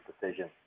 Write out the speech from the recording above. decision